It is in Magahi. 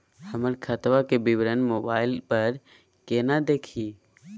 हमर खतवा के विवरण मोबाईल पर केना देखिन?